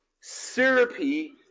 syrupy